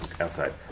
outside